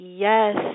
Yes